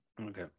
Okay